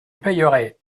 payerai